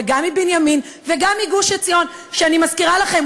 גם מבנימין וגם מגוש-עציון ואני מזכירה לכם,